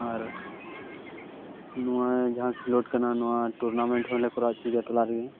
ᱟᱵᱟᱨ ᱱᱚᱣᱟ ᱡᱟᱦᱟᱸ ᱠᱷᱮᱞᱳᱰ ᱠᱟᱱᱟ ᱱᱚᱣᱟ ᱴᱩᱨᱱᱟᱢᱮᱱᱴ ᱦᱚᱸᱞᱮ ᱠᱚᱨᱟᱣ ᱦᱚᱪᱚᱭᱮᱫᱟ ᱴᱚᱞᱟ ᱨᱮᱜᱮ